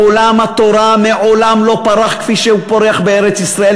עולם התורה מעולם לא פרח כפי שהוא פורח בארץ-ישראל,